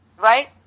right